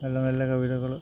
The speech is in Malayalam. പല നല്ല കവിതകള്